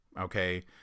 Okay